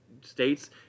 states